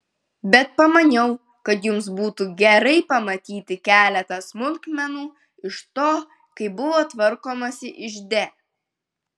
bet pamaniau kad jums būtų gerai pamatyti keletą smulkmenų iš to kaip buvo tvarkomasi ižde